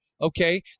okay